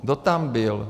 Kdo tam byl?